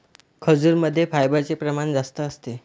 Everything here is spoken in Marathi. खजूरमध्ये फायबरचे प्रमाण जास्त असते